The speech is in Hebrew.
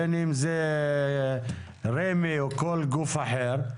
בין אם זה רמ"י או כל גוף אחר,